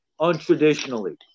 untraditionally